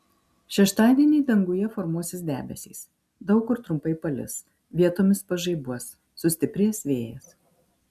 šeštadienį danguje formuosis debesys daug kur trumpai pails vietomis pažaibuos sustiprės vėjas